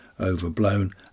overblown